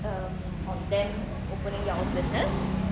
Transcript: uh on them opening their own business